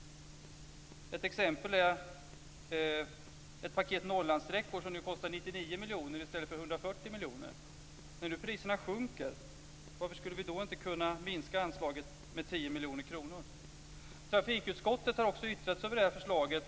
Ett exempel är att ett paket Norrlandssträckor nu kostar 99 miljoner kronor i stället för 140 miljoner kronor. Nu sjunker alltså priserna. Varför skulle vi då inte kunna minska anslaget med 10 miljoner kronor? Trafikutskottet har också yttrat sig över det här förslaget.